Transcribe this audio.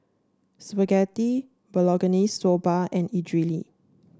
Spaghetti Bolognese Soba and Idili